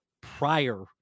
prior